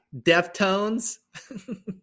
Deftones